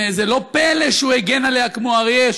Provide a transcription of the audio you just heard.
זה לא פלא שהוא הגן עליה כמו אריה,